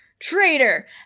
Traitor